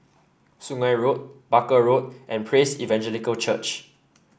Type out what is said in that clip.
Sungei Road Barker Road and Praise Evangelical Church